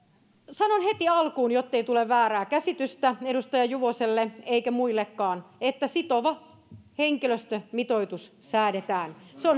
sanon heti alkuun jottei tule väärää käsitystä edustaja juvoselle eikä muillekaan että sitova henkilöstömitoitus säädetään se on